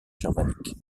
germanique